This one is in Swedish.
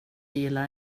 gillar